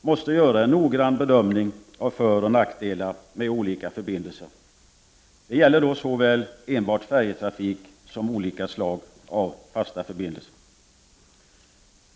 måste en noggrann bedömning göras av föroch nackdelarna med olika förbindelser. Det gäller såväl enbart färjetrafik som olika slag av fasta förbindelser.